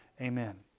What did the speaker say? Amen